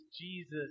Jesus